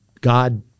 God